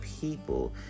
people